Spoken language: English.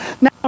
Now